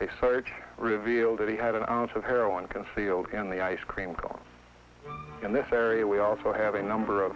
a search revealed that he had an ounce of heroin concealed in the ice cream car in this area we also have a number of